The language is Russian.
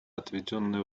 отведенное